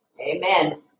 Amen